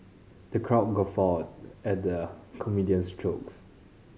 the crowd guffawed at the comedian's jokes